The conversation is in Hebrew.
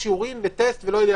שיעורים וטסט ולא יודע מה.